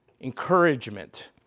encouragement